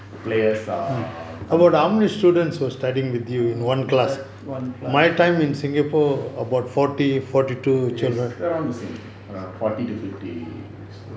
players are coming err one class yes around to same forty to fifty students